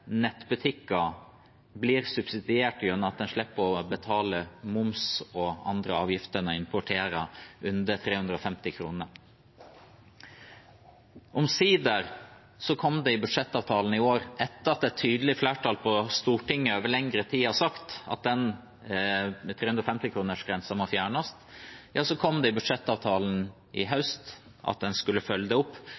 blir subsidiert ved at man slipper å betale moms og andre avgifter når man importerer varer under 350 kr. Omsider kom det i budsjettavtalen i år. Etter at et tydelig flertall på Stortinget over lengre tid har sagt at 350-kronersgrensen må fjernes, så kom det i budsjettavtalen i